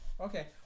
Okay